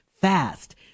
fast